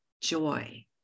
joy